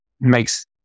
makes